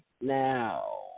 now